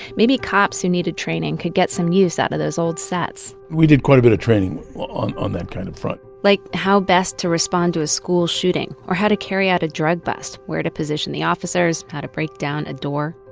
maybe cops who needed training could get some use out of those old sets. we did quite a bit of training on on that kind of front like how best to respond to a school shooting, or how to carry out a drug bust. where to position the officers how to break down a door.